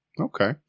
Okay